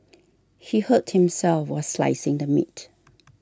he hurt himself while slicing the meat